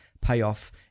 payoff